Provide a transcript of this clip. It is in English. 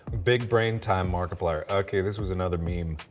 big brain time markiplier. okay, this was another meme.